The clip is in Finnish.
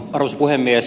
arvoisa puhemies